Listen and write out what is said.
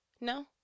No